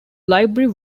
library